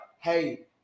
Hey